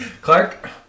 Clark